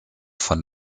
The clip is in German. von